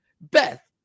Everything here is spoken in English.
Beth